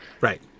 right